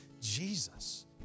Jesus